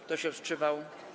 Kto się wstrzymał?